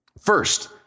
first